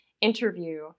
interview